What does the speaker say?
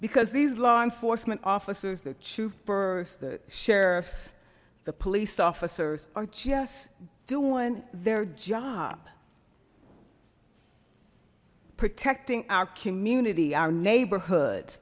because these law enforcement officers the troopers the sheriff's the police officers are just doing their job protecting our community our neighborhoods